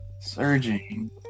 surging